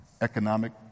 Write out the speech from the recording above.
economic